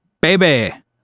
baby